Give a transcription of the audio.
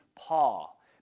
Paul